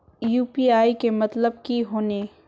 UPI के मतलब की होने?